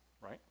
right